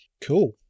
Cool